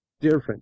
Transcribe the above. different